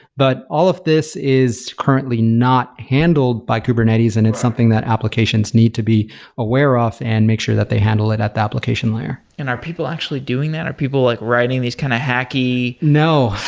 but all of this is currently not handled by kubernetes and it's something that applications need to be aware of and make sure that they handle it at the application layer. and are people actually doing that? are people like writing these kind of hacky no.